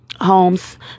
homes